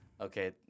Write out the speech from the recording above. Okay